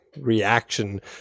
reaction